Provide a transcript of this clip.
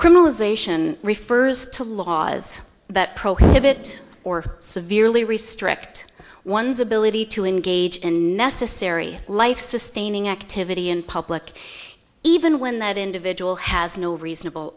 criminalization refers to laws that prohibit or severely restrict one's ability to engage in necessary life sustaining activity in public even when that individual has no reasonable